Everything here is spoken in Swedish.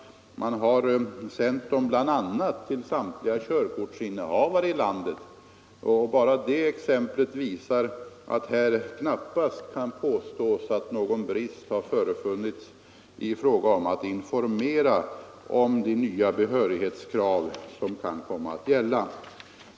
Man har sänt dem bl.a. till samtliga körkortsinnehavare i landet. Bara det exemplet visar att här knappast kan påstås att någon brist har förefunnits i fråga om att informera om de nya behörighetskrav som kommer att gälla.